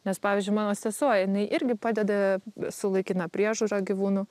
nes pavyzdžiui mano sesuo jinai irgi padeda su laikina priežiūra gyvūnų